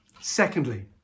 Secondly